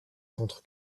contre